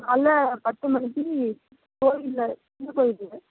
காலையில் பத்து மணிக்கி கோவிலில் கோவிலில்